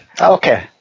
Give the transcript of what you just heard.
Okay